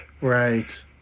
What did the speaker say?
Right